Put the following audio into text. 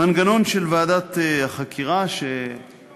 מנגנון של ועדת החקירה שמוקמת,